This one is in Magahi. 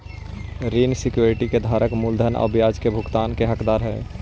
ऋण सिक्योरिटी के धारक मूलधन आउ ब्याज के भुगतान के हकदार हइ